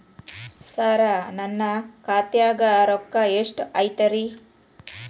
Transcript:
ಸರ ನನ್ನ ಖಾತ್ಯಾಗ ರೊಕ್ಕ ಎಷ್ಟು ಐತಿರಿ?